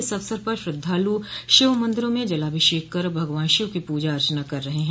इस अवसर पर श्रद्धालु शिव मंदिरों में जलाभिषेक कर भगवान शिव की पूजा अर्चना कर रहे हैं